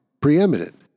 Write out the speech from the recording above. preeminent